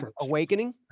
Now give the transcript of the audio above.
Awakening